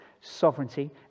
sovereignty